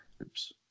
Oops